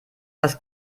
das